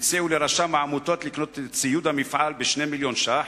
הציע לרשם העמותות לקנות את ציוד המפעל ב-2 מיליוני שקל